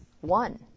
one